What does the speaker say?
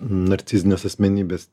narcizinės asmenybės